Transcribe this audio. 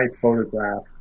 photograph